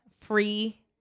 free